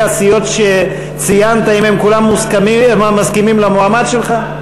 הסיעות שציינת אם הם כולם מסכימים למועמד שלך?